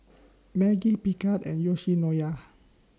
Maggi Picard and Yoshinoya